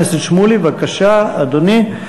חבר הכנסת שמולי, בבקשה, אדוני.